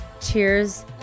Cheers